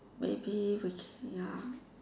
maybe which ya